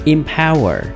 Empower